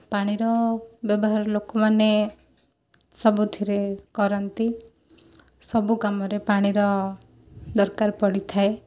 ପାଣିର ବ୍ୟବହାର ଲୋକମାନେ ସବୁଥିରେ କରନ୍ତି ସବୁକାମରେ ପାଣିର ଦରକାର ପଡ଼ିଥାଏ